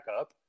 up